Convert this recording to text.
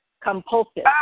compulsive